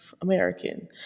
American